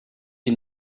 sie